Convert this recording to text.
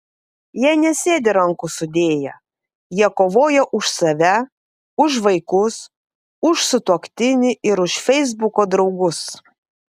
jie nesėdi rankų sudėję jie kovoja už save už vaikus už sutuoktinį ir už feisbuko draugus